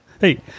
Hey